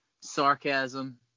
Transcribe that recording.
sarcasm